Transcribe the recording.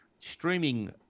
streaming